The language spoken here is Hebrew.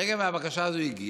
ברגע שהבקשה הזאת הגיעה,